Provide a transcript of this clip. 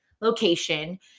location